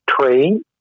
train